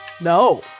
No